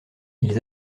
ils